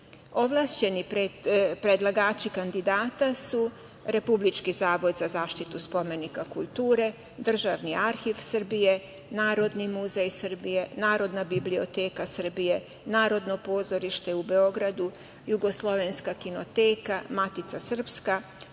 skupštini. Ovlašćeni predlagači kandidata su Republički zavod za zaštitu spomenika kulture, Državni arhiv Srbije, Narodni muzej Srbije, Narodna biblioteka Srbije, Narodno pozorište u Beogradu, Jugoslovenska kinoteka, Matica srpska,